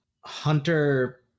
hunter